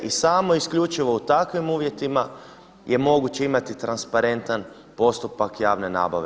I samo isključivo u takvim uvjetima je moguće imati transparentan postupak javne nabave.